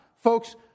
folks